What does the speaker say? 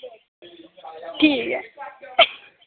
ठीक ऐ